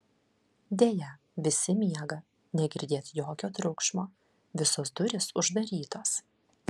deja visi miega negirdėt jokio triukšmo visos durys uždarytos